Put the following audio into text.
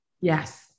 Yes